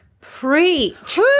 Preach